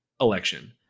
election